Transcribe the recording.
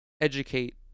educate